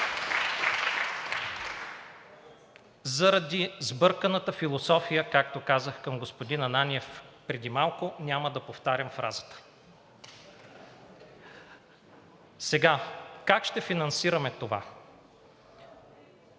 заради сбърканата философия, както казах, към господин Ананиев преди малко, няма да повтарям фразата. Как ще финансираме това?